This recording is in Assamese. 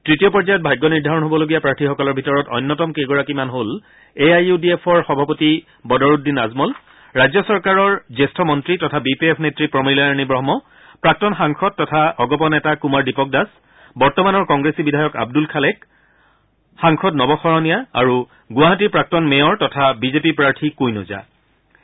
তৃতীয় পৰ্যায়ত ভাগ্য নিৰ্ধাৰণ হবলগীয়া প্ৰাৰ্থীসকলৰ ভিতৰত অন্যতম কেইগৰাকীমান হ'ল এ আই ইউ ডি এফৰ সভাপতি বদৰুদ্দিন আজমল ৰাজ্য চৰকাৰৰ জ্যেষ্ঠ মন্ত্ৰী তথা বি পি এফ নেত্ৰী প্ৰমীলাৰাণী ৱহ্ম প্ৰাক্তন সাংসদ তথা অগপ নেতা কুমাৰ দীপক দাস বৰ্তমানৰ কংগ্ৰেছী বিধায়ক আব্দুল খালেক সাংসদ নৱ শৰণীয়া গুৱাহাটীৰ প্ৰাক্তন মেয়ৰ তথা বিজেপি প্ৰাৰ্থী কুইন ওজা আদি